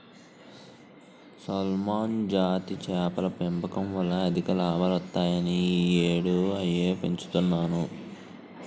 salmon జాతి చేపల పెంపకం వల్ల అధిక లాభాలొత్తాయని ఈ యేడూ అయ్యే పెంచుతన్ను